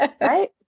Right